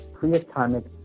preatomic